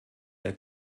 der